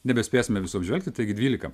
nebespėsime visų apžvelgti taigi dvylika